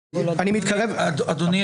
אדוני,